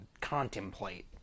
contemplate